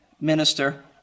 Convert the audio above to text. minister